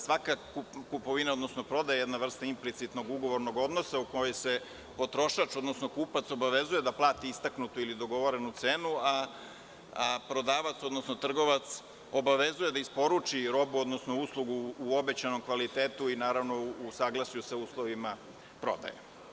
Svaka kupovina, odnosno prodaja je jedna vrsta implicitnog ugovornog odnosa u kojoj se potrošač, odnosno kupac obavezuje da plati istaknutu ili dogovorenu cenu, a prodavac, odnosno trgovac obavezuje da isporuči robu odnosno uslugu u obećanom kvalitetu i u saglasnosti sa uslovima prodaje.